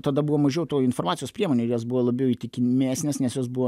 tada buvo mažiau tų informacijos priemonių jos buvo labiau įtikimesnės nes jos buvo